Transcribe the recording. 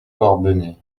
corbenay